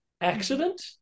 accident